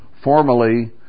formally